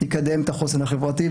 יקדם את החוסן החברתי,